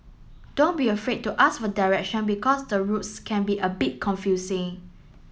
don't be afraid to ask for direction because the roads can be a bit confusing